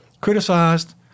criticized